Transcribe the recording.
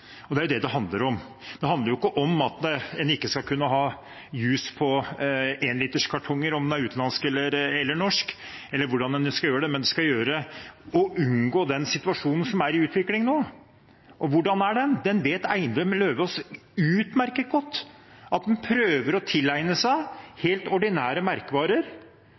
Det er det det handler om, det handler ikke om at en ikke skal kunne ha jus på énliterskartonger, om den er utenlandsk eller norsk, eller hvordan en skal gjøre det. Men en skal unngå den situasjonen som er i utvikling nå. Og hvordan er den? Eidem Løvaas vet utmerket godt at en prøver å tilegne seg helt ordinære merkevarer